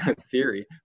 theory